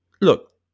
look